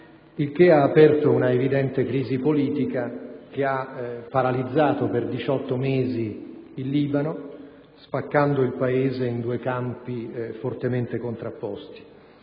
Ciò ha aperto un'evidente crisi politica che ha paralizzato per 18 mesi il Libano, spaccando il Paese in due campi fortemente contrapposti.